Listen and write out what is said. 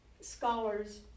scholars